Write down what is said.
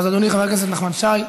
אז אדוני חבר הכנסת נחמן שי,